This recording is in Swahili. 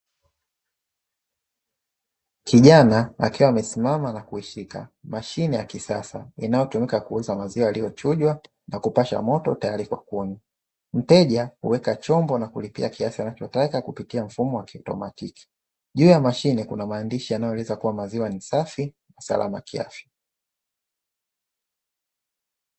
Kijana akiwa amesimama na kuishika mashine ya kisasa inayotumika kuuza maziwa yaliyochujwa na kupashwa moto, tayari kwa kunywa. Mteja huweka chombo na kulipia kiasi anachotaka kupitia mfumo wa kiautomatiki. Juu ya mashine, kuna maandishi yanayoeleza kuwa maziwa ni safi, na salama kiafya.